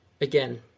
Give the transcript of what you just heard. again